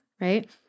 right